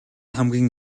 хамгийн